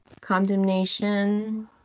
Condemnation